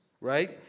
right